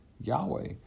Yahweh